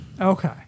Okay